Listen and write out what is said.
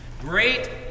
Great